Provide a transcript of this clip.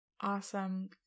Awesome